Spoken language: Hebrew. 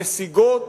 נסיגות